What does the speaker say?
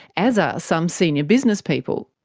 as are some senior business people.